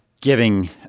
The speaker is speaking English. giving